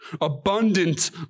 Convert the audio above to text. abundant